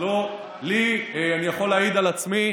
אני יכול להעיד על עצמי: